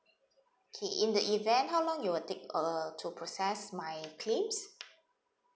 okay in the event how long it will take uh to process my claims